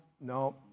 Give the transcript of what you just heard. no